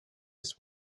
his